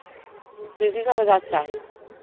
की की कागज़ात चाही?